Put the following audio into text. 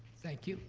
thank you.